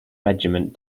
regiment